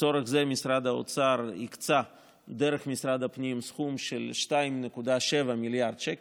לצורך זה משרד האוצר הקצה דרך משרד הפנים סכום של 2.7 מיליארד שקל,